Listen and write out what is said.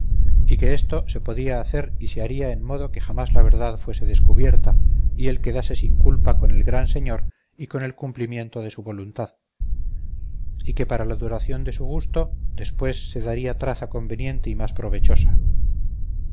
y que esto se podía hacer y se haría en modo que jamás la verdad fuese descubierta y él quedase sin culpa con el gran señor y con el cumplimiento de su voluntad y que para la duración de su gusto después se daría traza conveniente y más provechosa